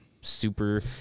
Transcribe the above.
super